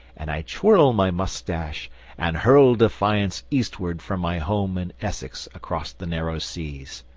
and i twirl my moustache and hurl defiance eastward from my home in essex across the narrow seas.